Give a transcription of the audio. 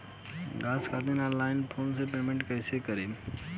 Gas खातिर online phone से payment कैसे करेम?